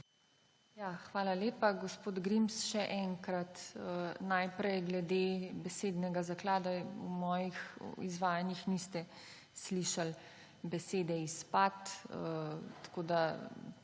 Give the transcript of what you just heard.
Hvala lepa. Gospod Grims, še enkrat, najprej glede besednega zaklada. V mojih izvajanjih niste slišali besede »izpad«, tako da